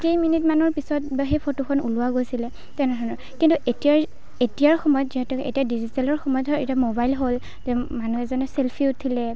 কেইমিনিটমানৰ পিছত বা সেই ফটোখন ওলোৱা গৈছিলে তেনেধৰণৰ কিন্তু এতিয়াৰ এতিয়াৰ সময়ত যিহেতু এতিয়া ডিজিটেলৰ সময়ত ধৰক এতিয়া মবাইল হ'ল মানুহ এজনে চেল্ফী উঠিলে